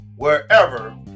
Wherever